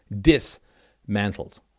dismantled